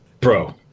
bro